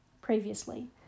previously